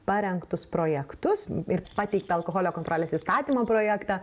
parengtus projektus ir pateiktą alkoholio kontrolės įstatymo projektą